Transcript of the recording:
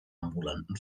ambulanten